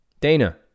Dana